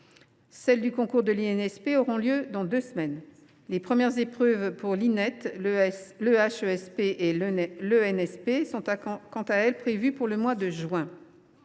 celles du concours de l’INSP auront lieu dans deux semaines et les premières épreuves de l’Inet, de l’EHESP et de l’ENSP sont, quant à elles, prévues au mois de juin